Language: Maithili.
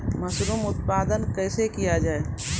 मसरूम उत्पादन कैसे किया जाय?